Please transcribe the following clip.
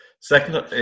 Second